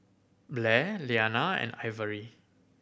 Blair Iyana and Ivory